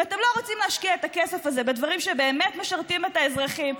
אם אתם לא רוצים להשקיע את הכסף הזה בדברים שבאמת משרתים את האזרחים,